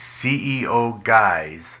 ceoguys